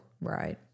right